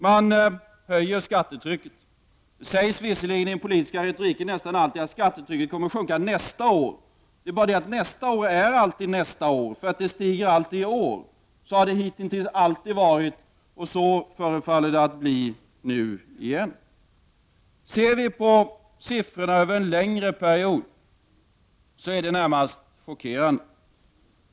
Man höjer skattetrycket. Det sägs visserligen i den politiska retoriken nästan alltid att skattetrycket kommer att sjunka nästa år. Men nästa år är alltid nästa år, eftersom skattetrycket alltid stiger i år. Så har det hitintills alltid varit och så förefaller det att bli nu igen. Om man ser på siffrorna över en längre period är de närmast chockerande.